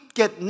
get